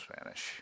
Spanish